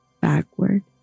backward